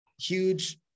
huge